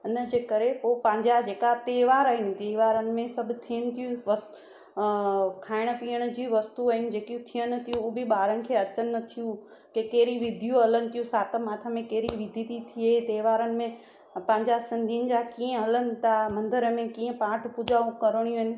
उन जे करे पोइ पंहिंजा जेका त्योहार आहिनि त्योहारनि में सभु थियनि थियूं अ खाइण पीअण जूं वस्तू आहिनि जेकियूं थियनि थियूं हो बि ॿारनि खे अचनि नथियूं की कहिड़ी विधियूं हलनि थियूं सात माथ में कहिड़ी विधि थी थिए त्योहारनि में अ पंहिंजा सिंधियुनि जा कीअं हलनि था मंदर में कीअं पाठु पूजा करिणी आहिनि